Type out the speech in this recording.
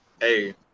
Hey